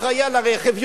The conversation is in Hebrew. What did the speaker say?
אותו אחראי על הרכב,